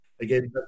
Again